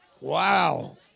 Wow